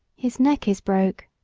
his neck is broke,